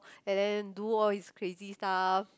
and then do all his crazy stuff